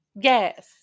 Yes